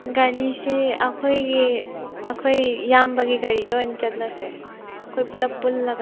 ꯒꯔꯤꯁꯦ ꯑꯩꯈꯣꯏꯒꯤ ꯑꯩꯈꯣꯏ ꯏꯌꯥꯝꯕꯒꯤ ꯒꯥꯔꯤꯗ ꯑꯣꯏꯅ ꯆꯠꯂꯁꯦ ꯑꯩꯈꯣꯏ ꯄꯨꯂꯞ ꯄꯨꯟꯂꯒ